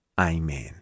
Amen